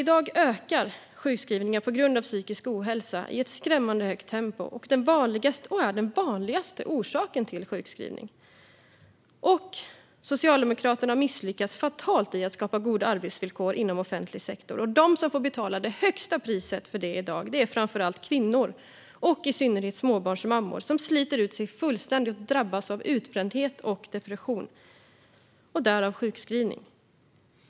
I dag ökar sjukskrivningarna på grund av psykisk ohälsa i ett skrämmande högt tempo och är den vanligaste orsaken till sjukskrivning. Socialdemokraterna har misslyckats fatalt med att skapa goda arbetsvillkor inom offentlig sektor. De som får betala det högsta priset för detta i dag är framför allt kvinnor och i synnerhet småbarnsmammor som sliter ut sig fullständigt och drabbas av utbrändhet och depression och därmed sjukskrivning.